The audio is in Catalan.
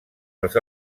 els